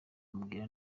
umubwira